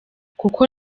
kuko